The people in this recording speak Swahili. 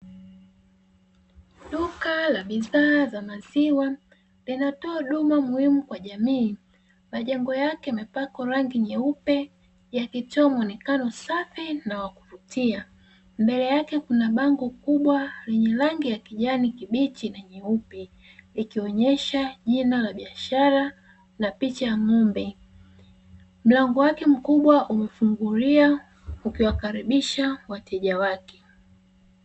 Duka la bidhaa za maziwa, linatoa huduma muhimu kwa jamii, na jengo lake limepakwa rangi nyeupe, yakitoa mbele yake kuna bingo kubwa lenye rangi ya kijani kibichi likionesha jina la biashara na ng'ombe na mlango wake mkubwa umefunguliwa ukuwakalibisha wateja wake.